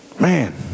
Man